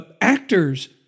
actors